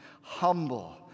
Humble